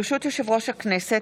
ברשות יושב-ראש הכנסת,